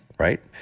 right?